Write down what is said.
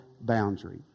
boundary